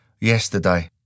Yesterday